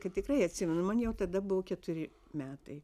kad tikrai atsimenu man jau tada buvo keturi metai